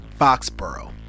Foxborough